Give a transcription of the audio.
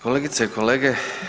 Kolegice i kolege.